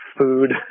food